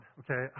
okay